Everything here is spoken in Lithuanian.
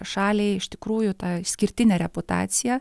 šaliai iš tikrųjų tą išskirtinę reputaciją